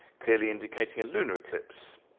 clearly indicating a lunar eclipse.